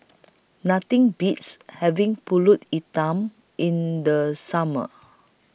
Nothing Beats having Pulut Hitam in The Summer